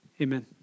amen